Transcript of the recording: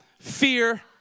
Fear